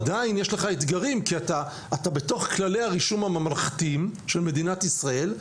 עדיין יש לך אתגרים כי אתה בתוך כללי הרישום הממלכתיים של מדינת ישראל,